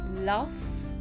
love